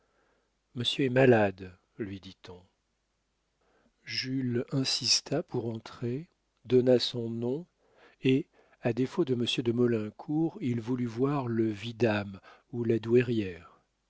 monsieur est malade lui dit-on jules insista pour entrer donna son nom et à défaut de monsieur de maulincour il voulut voir le vidame ou la douairière